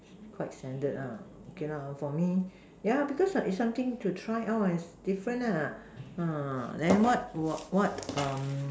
quite standard lah okay lah for me yeah because it's something to try out as different nah then what of what um